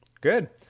Good